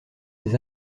des